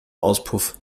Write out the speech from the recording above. auspuff